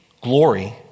glory